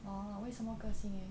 啊为什么 classic